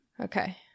Okay